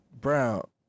Brown